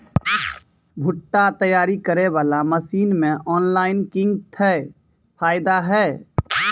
भुट्टा तैयारी करें बाला मसीन मे ऑनलाइन किंग थे फायदा हे?